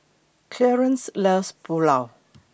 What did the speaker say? Clearence loves Pulao